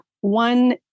one